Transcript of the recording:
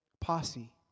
Posse